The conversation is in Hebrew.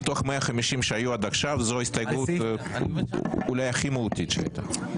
מתוך 150 שהיו עד עכשיו זו ההסתייגות אולי הכי מהותית שהייתה.